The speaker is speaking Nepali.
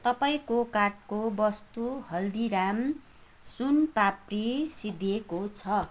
तपाईँको कार्टको वस्तु हल्दिराम सुन पापडी सिद्धिएको छ